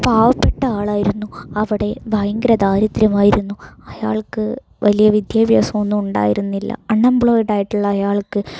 പാവപ്പെട്ട ആളായിരുന്നു അവിടെ ഭയങ്കര ദാരിദ്ര്യമായിരുന്നു അയാൾക്ക് വലിയ വിദ്യാഭ്യാസം ഒന്നും ഉണ്ടായിരുന്നില്ല അൺഎംപ്ലോയ്ഡ് ആയിട്ടുള്ള അയാൾക്ക്